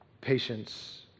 Patience